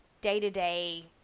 day-to-day